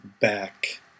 back